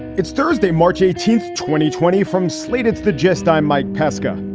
it's thursday, march eighteenth, twenty twenty from slate's the gist. i'm mike pesca.